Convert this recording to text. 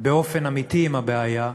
באופן אמיתי עם הבעיה,